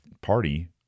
Party